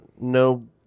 no